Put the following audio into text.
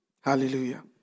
Hallelujah